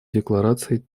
декларации